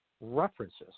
references